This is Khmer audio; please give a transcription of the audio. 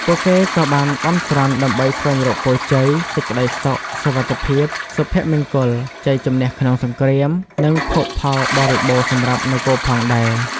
ពួកគេក៏បានបន់ស្រន់ដើម្បីស្វែងរកពរជ័យ សេចក្ដីសុខ សុវត្ថិភាព សុភមង្គល ជ័យជំនះក្នុងសង្គ្រាម និងភោគផលបរិបូរណ៍សម្រាប់នគរផងដែរ។